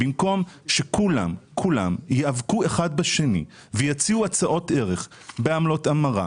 במקום שכולם ייאבקו אחד בשני ויציעו הצעות בעמלות המרה,